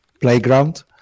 playground